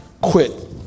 quit